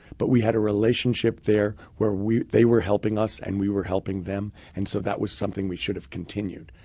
but we had a relationship there where they were helping us and we were helping them. and so that was something we should have continued.